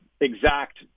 exact